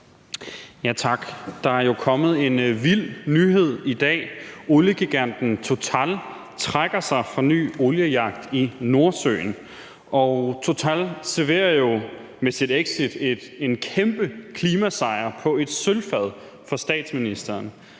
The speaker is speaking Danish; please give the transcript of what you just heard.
Tak. Der er jo kommet en vild nyhed i dag: Oliegiganten Total trækker sig fra ny oliejagt i Nordsøen – og Total serverer jo med sit exit en kæmpe klimasejr på et sølvfad for statsministeren.